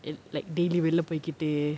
and like daily வெளில போய்க்கிட்டு:velila poyikittu